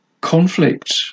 Conflict